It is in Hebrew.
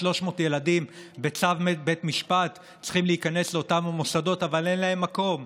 300 ילדים שצריכים להיכנס בצו בית משפט לאותם המוסדות אבל אין להם מקום,